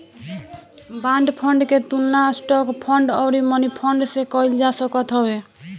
bond fund के तुलना stock fund अउरी मनीफंड से कईल जा सकत हवे